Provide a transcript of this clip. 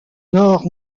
nord